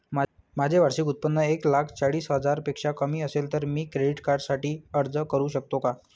माझे वार्षिक उत्त्पन्न एक लाख चाळीस हजार पेक्षा कमी असेल तर मी क्रेडिट कार्डसाठी अर्ज करु शकतो का?